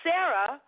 Sarah